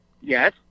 Yes